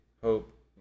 Hope